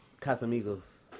Casamigos